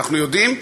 אנחנו יודעים,